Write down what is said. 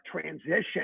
transition